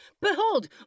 behold